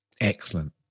Excellent